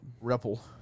ripple